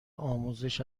آموزش